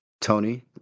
Tony